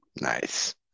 nice